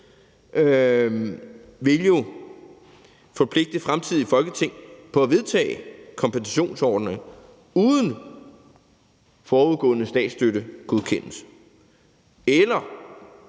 vil jo forpligte fremtidige Folketing på at vedtage kompensationsordninger uden forudgående statsstøttegodkendelse eller